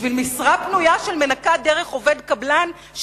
בשביל משרה פנויה של מנקה דרך עובד קבלן,